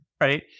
right